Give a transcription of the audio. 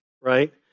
right